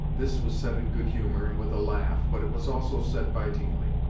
this was said in good-humour, and with a laugh but it was also said bitingly.